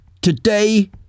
Today